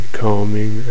calming